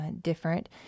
different